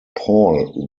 paul